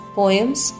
poems